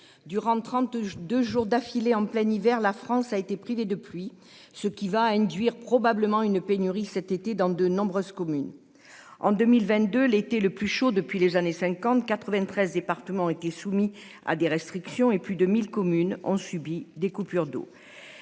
durant. 32 jours d'affilée en plein hiver, la France a été pris les de pluie, ce qui va induire probablement une pénurie cet été dans de nombreuses communes en 2022 l'été le plus chaud depuis les années 50, 93 départements étaient soumis à des restrictions et plus de 1000 communes ont subi des coupures d'eau